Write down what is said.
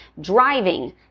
driving